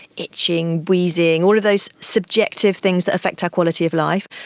itching, wheezing, all of those subjective things that affect our quality of life.